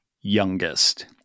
youngest